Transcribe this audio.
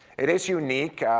it is unique,